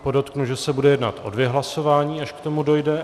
Podotknu, že se bude jednat o dvě hlasování, až k tomu dojde.